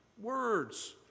Words